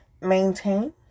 maintain